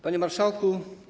Panie Marszałku!